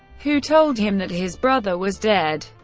who told him that his brother was dead.